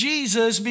Jesus